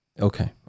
Okay